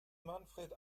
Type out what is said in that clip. manfred